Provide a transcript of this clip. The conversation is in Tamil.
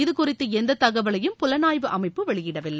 இதுகுறித்து எந்த தகவலையும் புலனாய்வு அமைப்பு வெளியிடவில்லை